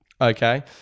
okay